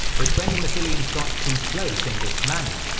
but when the massilians got too close in this manner,